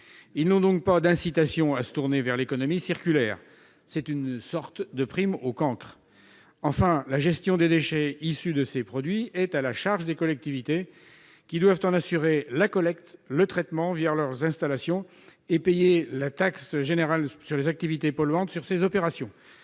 n'est donc prévue pour qu'ils se tournent vers l'économie circulaire : c'est une sorte de prime aux cancres ! Enfin, la gestion des déchets issus de ces produits est à la charge des collectivités, qui doivent en assurer la collecte et le traitement leurs installations, et payer la taxe générale sur les activités polluantes, ce qui a des